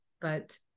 But-